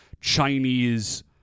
Chinese